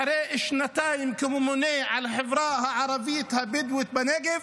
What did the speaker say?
אחרי שנתיים כממונה על החברה הערבית הבדואית בנגב,